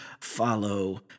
follow